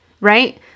right